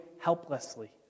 helplessly